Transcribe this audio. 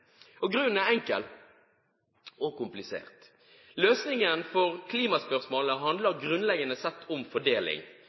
problemene? Grunnen er enkel og komplisert: Løsningen på klimaspørsmålene handler